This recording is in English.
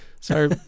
sorry